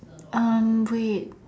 um wait